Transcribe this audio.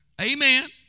Amen